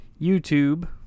YouTube